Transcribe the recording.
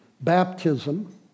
baptism